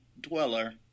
Dweller